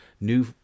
new